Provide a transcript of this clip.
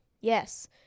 Yes